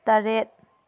ꯇꯔꯦꯠ